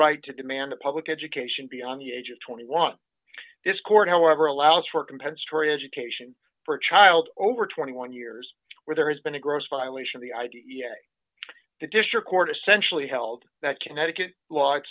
right to demand a public education beyond the age of twenty one this court however allows for compensatory education for a child over twenty one years where there has been a gross violation of the id the district court essentially held that connecticut l